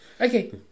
Okay